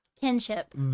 Kinship